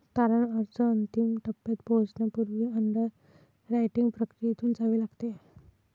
तारण अर्ज अंतिम टप्प्यात पोहोचण्यापूर्वी अंडररायटिंग प्रक्रियेतून जावे लागते